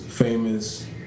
famous